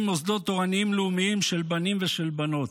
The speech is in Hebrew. במוסדות תורניים לאומיים של בנים ושל בנות.